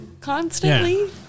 constantly